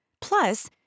Plus